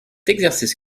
exercice